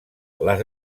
les